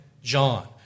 John